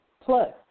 plus